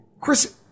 Chris